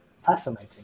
fascinating